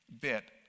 bit